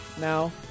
now